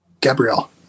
Gabriel